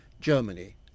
Germany